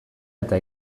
eta